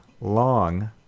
long